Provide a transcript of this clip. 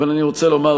אבל אני רוצה לומר,